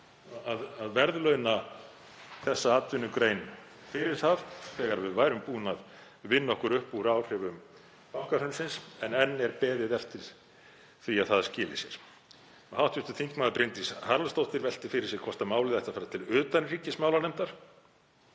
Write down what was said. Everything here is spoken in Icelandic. að verðlauna þessa atvinnugrein fyrir það, þegar við værum búin að vinna okkur upp úr áhrifum bankahrunsins, en enn er beðið eftir því að það skili sér. Hv. þm. Bryndís Haraldsdóttir velti fyrir sér hvort málið ætti að fara til utanríkismálanefndar,